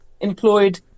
employed